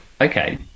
Okay